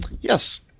yes